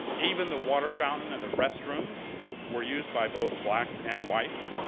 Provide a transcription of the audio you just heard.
even the water fountain and the restrooms were used by both blacks and whites.